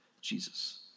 Jesus